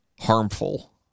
harmful